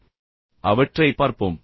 எனவே அவற்றை மிக விரைவாகப் பார்ப்போம்